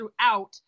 throughout